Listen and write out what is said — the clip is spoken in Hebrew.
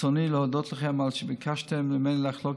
ברצוני להודות לכם על שביקשתם ממני לחלוק